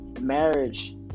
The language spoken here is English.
Marriage